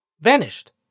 Vanished